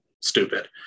stupid